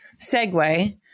segue